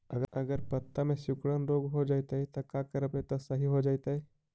अगर पत्ता में सिकुड़न रोग हो जैतै त का करबै त सहि हो जैतै?